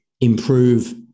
improve